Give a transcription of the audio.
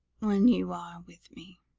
when you are with me.